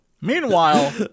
Meanwhile